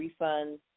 refunds